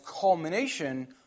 culmination